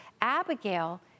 Abigail